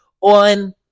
on